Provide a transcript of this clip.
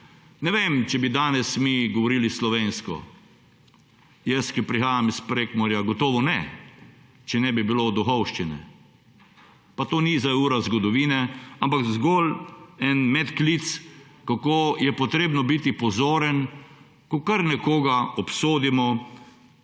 ne vem, če bi danes mi govorili slovensko. Jaz, ki prihajam iz Prekmurja, gotovo ne, če ne bi bilo duhovščine. Pa to sedaj ni ura zgodovine, ampak zgolj en medklic, kako je treba biti pozoren, ko kar nekoga obsodimo